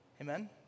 Amen